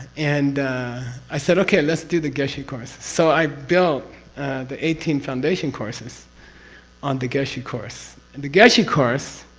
and i said, okay let's do the geshe course. so, i built the eighteen foundation courses on the geshe course, and the geshe course